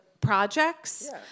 projects